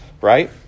right